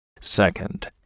Second